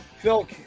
Phil